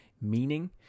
meaning